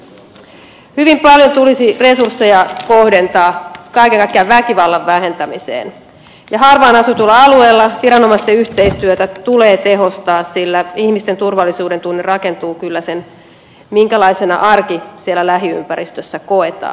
hyvin paljon tulisi resursseja kohdentaa kaiken kaikkiaan väkivallan vähentämiseen ja harvaanasutuilla alueilla viranomaisten yhteistyötä tulee tehostaa sillä ihmisten turvallisuudentunne rakentuu kyllä siitä minkälaisena arki siellä lähiympäristössä koetaan